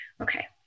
Okay